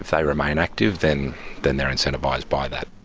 if they remain active then then they're incentivised by that.